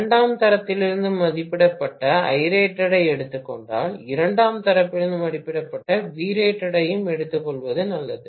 இரண்டாம் தரத்திலிருந்து மதிப்பிடப்பட்ட Irated ஐ எடுத்துக் கொண்டால் இரண்டாம் தரப்பிலிருந்து மதிப்பிடப்பட்ட Vrated ஐயும் எடுத்துக்கொள்வது நல்லது